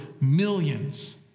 millions